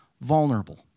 vulnerable